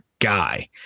guy